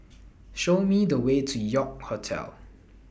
Show Me The Way to York Hotel